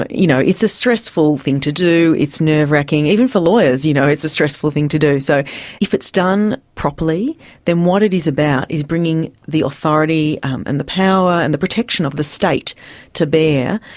but you know it's a stressful thing to do, it's nerve racking. even for lawyers you know it's a stressful thing to do. so if it's done properly then what it is about is bringing the authority um and the power and the protection of the state to bear,